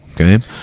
Okay